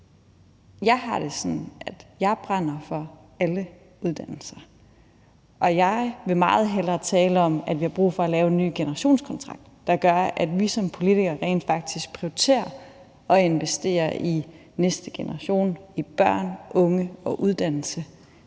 Jeg har det sådan, at jeg brænder for alle uddannelser, og jeg vil meget hellere tale om, at vi har brug for at lave en ny generationskontrakt, der gør, at vi som politikere rent faktisk prioriterer at investere i næste generation, i børn, unge og uddannelse